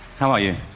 how are you?